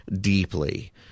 deeply